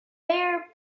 fair